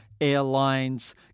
airlines